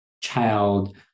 child